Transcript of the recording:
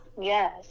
yes